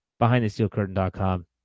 BehindTheSteelCurtain.com